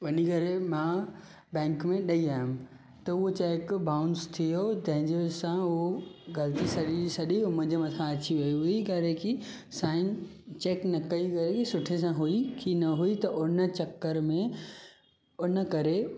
वञी करे मां बैंक में ॾेई आयुमि त उहो चैक बाउंस थियो तंहिंजे वजह सां उहो ग़लती सॼी सॼी मुंहिंजे मथां अची वई हुई इन करे की साइन चैक न कई हुई की सुठे सां हुई की न हुई त उन चक्कर में उन करे